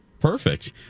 Perfect